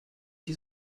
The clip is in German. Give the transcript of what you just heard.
die